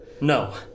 No